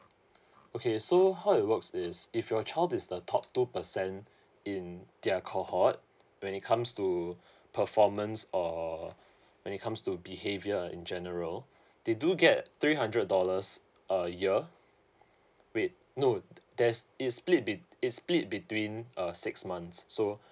okay so how it works is if your child is the top two per cent in their cohort when it comes to performance or when it comes to behaviour in general they do get three hundred dollars a year wait no there's it's split be it's split between uh six months so